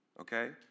Okay